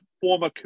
former